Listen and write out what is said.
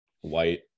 white